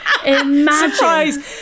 Imagine